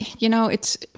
you know, it's,